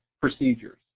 procedures